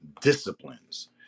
disciplines